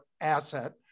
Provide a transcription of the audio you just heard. asset